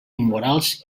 immorals